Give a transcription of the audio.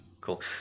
Cool